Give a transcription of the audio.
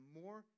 more